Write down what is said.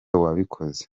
wabikoze